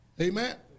Amen